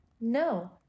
no